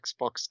Xbox